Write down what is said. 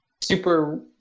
super